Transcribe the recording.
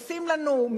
עושים לנו,